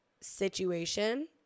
situation